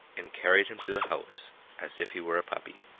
and carried him to the house as if he were a puppy.